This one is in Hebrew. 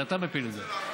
זה אתה מפיל את זה.